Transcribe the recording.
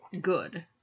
good